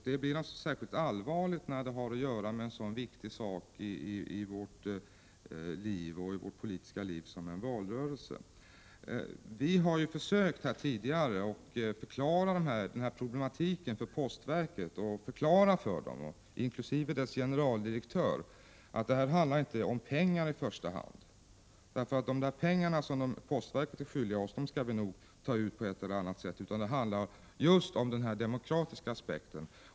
Det är särskilt allvarligt när det berör en så viktig sak i vårt politiska liv som en valrörelse. Vi har ju tidigare försökt förklara problematiken för postverket, inkl. dess generaldirektör, och vi förklarade att det inte i första hand är en fråga om pengar — de pengar som postverket är skyldigt oss skall vi nog få på ett eller annat sätt. Det handlar just om den demokratiska aspekten.